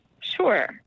Sure